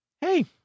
hey